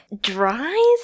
dries